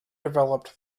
developed